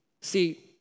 See